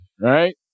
right